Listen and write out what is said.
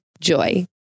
Joy